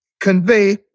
convey